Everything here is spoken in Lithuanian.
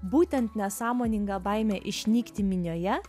būtent nesąmoninga baimė išnykti minioje